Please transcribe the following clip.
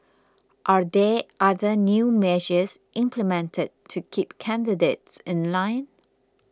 are there other new measures implemented to keep candidates in line